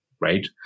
right